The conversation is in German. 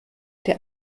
der